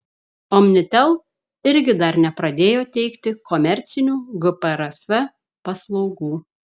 omnitel irgi dar nepradėjo teikti komercinių gprs paslaugų